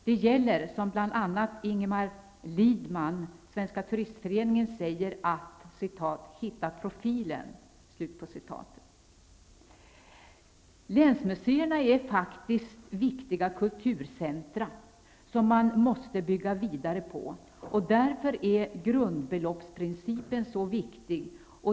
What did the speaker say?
Det gäller att ''hitta profilen'', som bl.a. Ingemar Lidman, Svenska turistföreningen säger. Länsmuseerna är faktiskt viktiga kulturcentra, som man måste bygga vidare på. Därför är principen med grundbelopp så viktig.